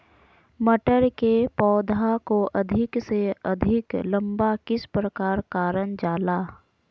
मटर के पौधा को अधिक से अधिक लंबा किस प्रकार कारण जाला?